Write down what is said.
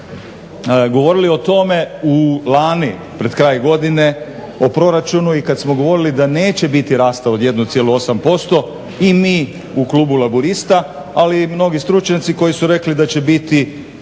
govorili o tome lani pred kraj godine o proračunu i kada smo govorili da neće biti rasta od 1,8% i mi u klubu Laburista ali i mnogi stručnjaci koji su rekli da će biti